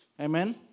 Amen